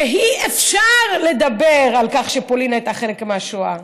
שאי-אפשר לדבר על כך שפולין הייתה חלק מהשואה,